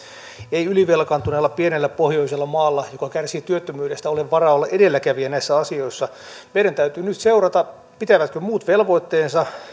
ei ylivelkaantuneella pienellä pohjoisella maalla joka kärsii työttömyydestä ole varaa olla edelläkävijä näissä asioissa meidän täytyy nyt seurata pitävätkö muut velvoitteensa ja